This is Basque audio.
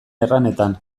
erranetan